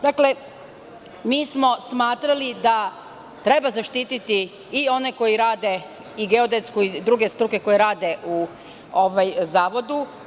Dakle, mi smo smatrali da treba zaštiti i one koji rade i geodetsku i druge struke koje rade u zavodu.